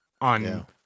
on